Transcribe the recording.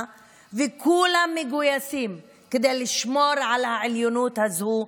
ושכולם מגויסים כדי לשמור על העליונות הזו,